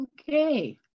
Okay